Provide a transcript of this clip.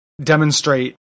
demonstrate